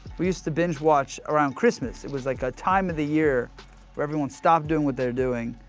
we used to binge watch around christmas. it was like a time of the year where everyone stopped doing what they were doing,